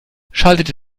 schaltete